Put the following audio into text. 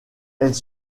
elles